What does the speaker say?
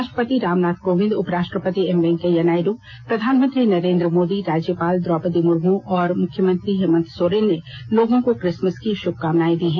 राष्ट्रपति रामनाथ कोविंद उपराष्ट्रपति एम वैंकया नायडू प्रधानमंत्री नरेंद्र मोदी राज्यपाल द्रौपदी मुर्मू और मुख्यमंत्री हेमंत सोरेन ने लोगों को क्रिसमस की शुभकामनाएं दी है